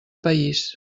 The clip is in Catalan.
país